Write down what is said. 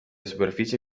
superficie